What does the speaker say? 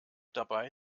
dabei